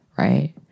right